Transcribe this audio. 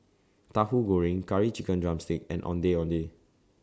Tahu Goreng Curry Chicken Drumstick and Ondeh Ondeh